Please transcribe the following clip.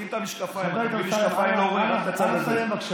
שים את המשקפיים כי בלי המשקפיים לא רואים את הצד הזה.